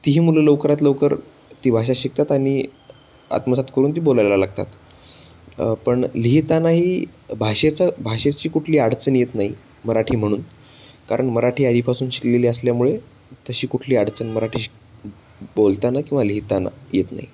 ती ही मुलं लवकरात लवकर ती भाषा शिकतात आणि आत्मसात करून ती बोलायला लागतात पण लिहितानाही भाषेचं भाषेची कुठली अडचण येत नाही मराठी म्हणून कारण मराठी आधीपासून शिकलेली असल्यामुळे तशी कुठली अडचण मराठी शिक बोलताना किंवा लिहिताना येत नाही